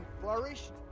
flourished